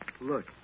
Look